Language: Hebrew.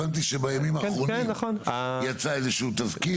הבנתי שבימים האחרונים יצא איזשהו תסקיר.